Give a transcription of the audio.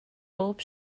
bob